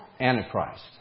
Antichrist